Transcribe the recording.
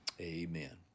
Amen